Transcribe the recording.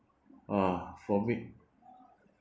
ah for me